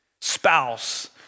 spouse